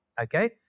Okay